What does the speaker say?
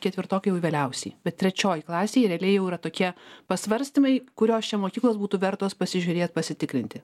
ketvirtokai jau vėliausiai bet trečioj klasėj realiai jau yra tokie pasvarstymai kurios čia mokyklos būtų vertos pasižiūrėt pasitikrinti